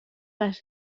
les